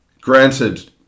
granted